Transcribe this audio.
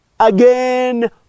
Again